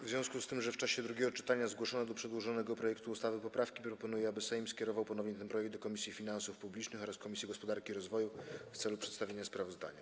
W związku z tym, że w czasie drugiego czytania zgłoszono do przedłożonego projektu ustawy poprawki, proponuję, aby Sejm skierował ponownie ten projekt do Komisji Finansów Publicznych oraz Komisji Gospodarki i Rozwoju w celu przedstawienia sprawozdania.